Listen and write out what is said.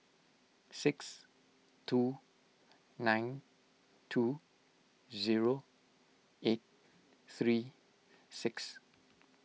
six two nine two zero eight three six